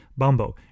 Bumbo